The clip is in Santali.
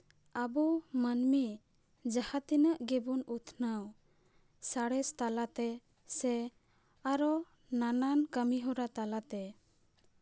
ᱟᱵᱚ ᱢᱟᱹᱱᱢᱤ ᱡᱟᱦᱟᱸ ᱛᱤᱱᱟᱹᱜ ᱜᱮᱵᱚᱱ ᱩᱛᱱᱟᱹᱣ ᱥᱟᱬᱮᱥ ᱛᱟᱞᱟᱛᱮ ᱥᱮ ᱟᱨᱚ ᱱᱟᱱᱟᱱ ᱠᱟᱹᱢᱤ ᱦᱚᱨᱟ ᱛᱟᱞᱟᱛᱮ